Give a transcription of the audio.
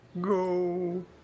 go